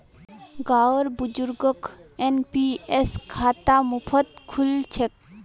गांउर बुजुर्गक एन.पी.एस खाता मुफ्तत खुल छेक